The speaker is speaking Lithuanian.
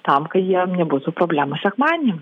tam kad jiem nebūtų problemos sekmadienį